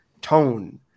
tone